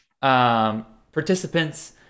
participants